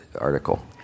article